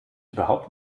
überhaupt